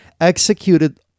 executed